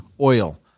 oil